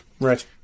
right